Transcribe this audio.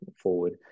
forward